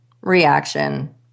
reaction